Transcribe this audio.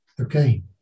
Okay